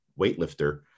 weightlifter